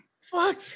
Fuck